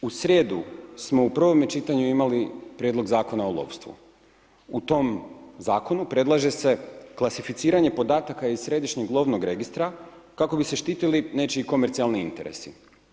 Evo u srijedu smo u prvom čitanju imali Prijedlog zakona o lovstvu, u tom zakonu predlaže se klasificiranje podataka iz Središnjeg lovnog registra kako bi se štitili nečiji komercijalni interesi.